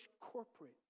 corporate